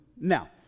Now